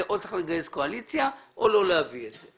אני צריך או לגייס רוב מהקואליציה או לא להביא אותה.